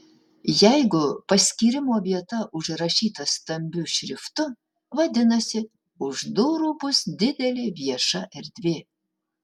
jeigu paskyrimo vieta užrašyta stambiu šriftu vadinasi už durų bus didelė vieša erdvė